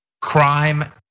crime